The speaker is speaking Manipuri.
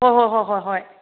ꯍꯣꯏ ꯍꯣꯏ ꯍꯣꯏ ꯍꯣꯏ ꯍꯣꯏ